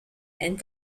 and